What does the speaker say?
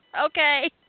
Okay